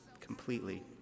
completely